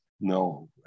no